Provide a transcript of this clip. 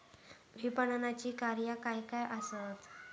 विपणनाची कार्या काय काय आसत?